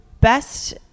best